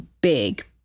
big